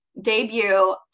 debut